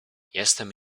jestem